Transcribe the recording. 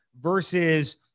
versus